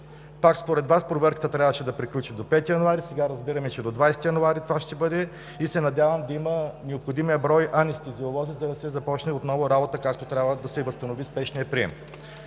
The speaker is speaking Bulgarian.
Пак според Вас, проверката трябваше да приключи до 5 януари, сега разбираме, че това ще бъде до 20 януари и се надявам да има необходимият брой анестезиолози, за да се започне отново работата както трябва и да се възстанови спешният прием.